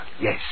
Yes